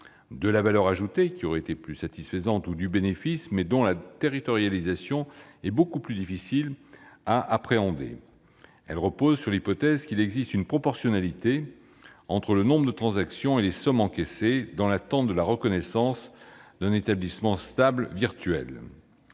de la valeur ajoutée, qui aurait été plus satisfaisante, ni du bénéfice, dont la territorialisation est beaucoup plus difficile à appréhender. Cette approche repose sur l'hypothèse qu'il existe une proportionnalité entre le nombre de transactions et les sommes encaissées, dans l'attente de la reconnaissance d'un établissement stable virtuel.